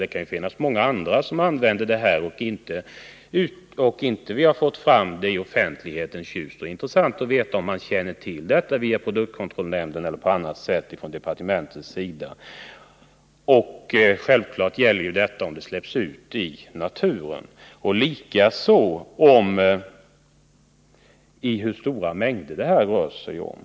Men det kan finnas många andra fall där man också använder freongas men som inte har nått offentlighetens ljus. Det vore intressant att få veta om man har fått kännedom om detta i departementet via produktkontrollnämnden eller på annat sätt. Självfallet är frågan då om 111 gasen släppts ut i naturen och likaså hur stora mängder det i så fall rör sig om.